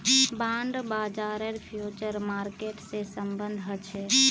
bond बाजारेर future market से सम्बन्ध ह छे